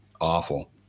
awful